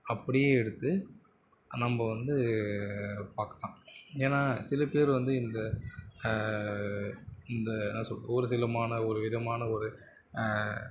அப்படியே எடுத்து நம்ம வந்து பார்க்குறோம் ஏன்னால் சில பேர் வந்து இந்த இந்த என்ன சொல்வது ஒரு சில மான ஒரு விதமான ஒரு